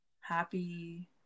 happy